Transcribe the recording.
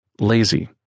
lazy